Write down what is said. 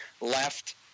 left